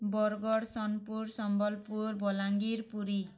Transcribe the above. Bargarh Sonepur Sambalpur Balangir Puri